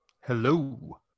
Hello